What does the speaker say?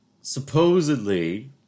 supposedly